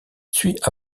suit